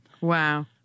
Wow